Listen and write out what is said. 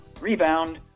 rebound